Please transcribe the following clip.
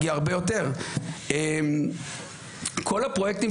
תראו איך המסגרת הזאת אמורה לפעול,